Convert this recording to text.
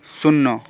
শূন্য